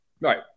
Right